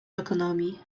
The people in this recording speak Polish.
ekonomii